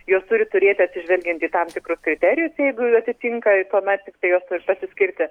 juos turi turėti atsižvelgiant į tam tikrus kriterijus jeigu atitinka tuomet tiktai juos turi pasiskirti